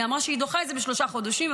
היא אמרה שהיא דוחה את זה בשלושה חודשים,